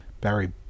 barry